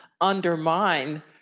undermine